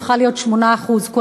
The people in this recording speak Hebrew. בה 48% נוצרים,